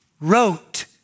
wrote